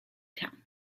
town